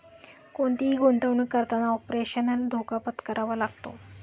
कोणतीही गुंतवणुक करताना ऑपरेशनल धोका पत्करावा लागतो